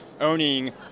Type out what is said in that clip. owning